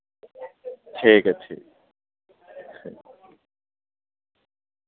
ٹھیک ہے ٹھیک ٹھیک